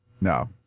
no